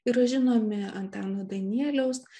yra žinomi antano danieliaus